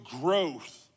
growth